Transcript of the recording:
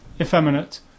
effeminate